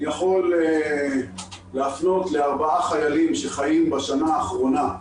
אני יכול להפנות לארבעה חיילים שחיים בשנה האחרונה,